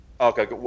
Okay